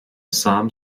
sám